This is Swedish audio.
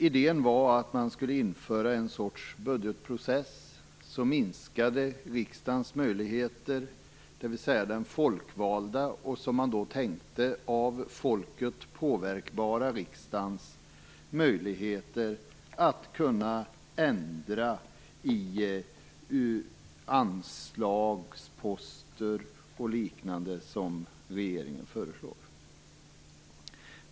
Idén var att man skulle införa en sorts budgetprocess som minskade riksdagens möjligheter, dvs. den folkvalda och som man då tänkte av folket påverkbara riksdagens möjligheter att ändra i anslagsposter och liknande som regeringen föreslår.